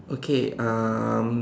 okay um